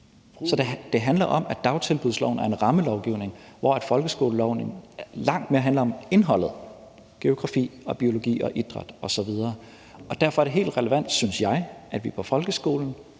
Så det handler om, at dagtilbudsloven er en rammelovgivning, mens folkeskoleloven langt mere handler om indholdet: geografi og biologi og idræt osv. Og derfor er det helt relevant, synes jeg, at vi i forhold